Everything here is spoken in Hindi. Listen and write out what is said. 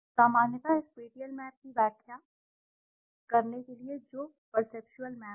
सामान्यतः स्पेटिअल मैप की व्याख्या अब स्पेटिअल मैप की व्याख्या करने के लिए जो परसेप्टुअल मैप है